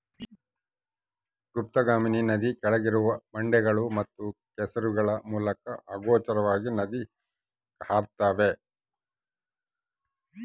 ಗುಪ್ತಗಾಮಿನಿ ನದಿ ಕೆಳಗಿರುವ ಬಂಡೆಗಳು ಮತ್ತು ಕೆಸರುಗಳ ಮೂಲಕ ಅಗೋಚರವಾಗಿ ನದಿ ಹರ್ತ್ಯಾವ